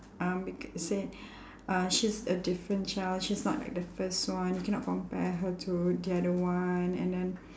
um because say uh she's a different child she's not like the first one you cannot compare her to the other one and then